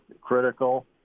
critical